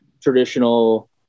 traditional